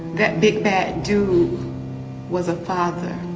that big, bad dude was a father.